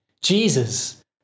Jesus